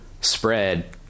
spread